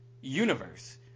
universe